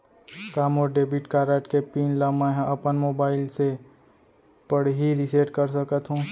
का मोर debit card के पिन ल मैं ह अपन मोबाइल से पड़ही रिसेट कर सकत हो?